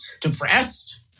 depressed